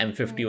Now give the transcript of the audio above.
M51